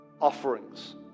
offerings